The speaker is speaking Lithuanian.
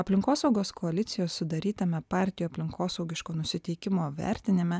aplinkosaugos koalicijos sudarytame partijų aplinkosaugiško nusiteikimo vertinime